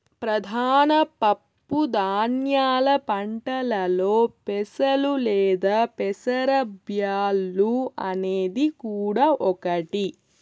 ప్రధాన పప్పు ధాన్యాల పంటలలో పెసలు లేదా పెసర బ్యాల్లు అనేది కూడా ఒకటి